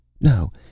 No